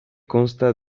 consta